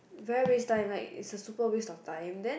very waste time like it's a super waste of time then